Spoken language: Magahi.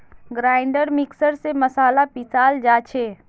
ग्राइंडर मिक्सर स मसाला पीसाल जा छे